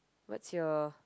what's your